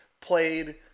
played